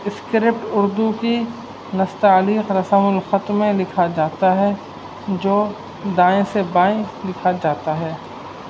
script Urdu کی نستعلیق رسم الخط میں لکھا جاتا ہے جو دائیں سے بائیں لکھا جاتا ہے